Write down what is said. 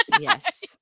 yes